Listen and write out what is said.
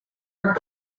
are